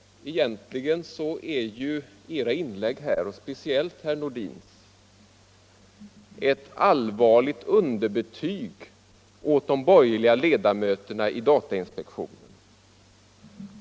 Egentligen är deras inlägg här, speciellt herr Nordins, ett allvarligt underbetyg åt de borgerliga ledamöterna i datainspektionen.